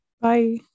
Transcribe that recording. bye